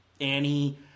Annie